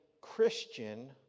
Christian